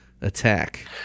attack